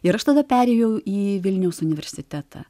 ir aš tada perėjau į vilniaus universitetą